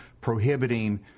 prohibiting